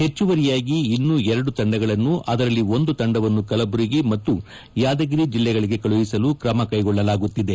ಹೆಚ್ಚುವರಿಯಾಗಿ ಇನ್ನೂ ಎರಡು ತಂಡಗಳನ್ನು ಅದರಲ್ಲಿ ಒಂದು ತಂಡವನ್ನು ಕಲಬುರಗಿ ಮತ್ತು ಯಾದಗಿರಿ ಜಿಲ್ಲೆಗಳಿಗೆ ಕಳುಹಿಸಲು ಕ್ರಮಕೈಗೊಳ್ಳಲಾಗುತ್ತಿದೆ